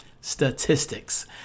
Statistics